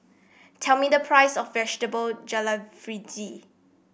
tell me the price of Vegetable